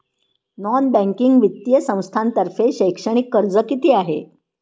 Non banking वित्तीय संस्थांतर्फे शैक्षणिक कर्ज किती आहे?